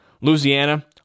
Louisiana